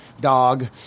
dog